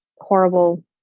horrible